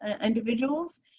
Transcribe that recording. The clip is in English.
individuals